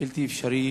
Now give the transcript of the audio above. בלתי אפשרי